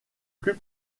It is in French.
plus